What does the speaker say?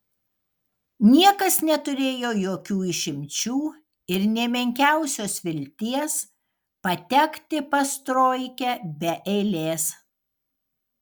niekas neturėjo jokių išimčių ir nė menkiausios vilties patekti pas troikę be eilės